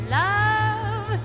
love